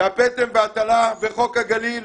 הפטם וההטלה וחוק הגליל,